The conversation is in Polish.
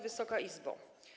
Wysoka Izbo!